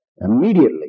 Immediately